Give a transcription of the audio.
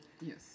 Yes